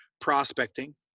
prospecting